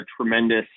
tremendous